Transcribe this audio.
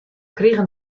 krigen